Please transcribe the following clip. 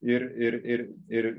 ir ir ir ir